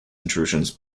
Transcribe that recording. intrusions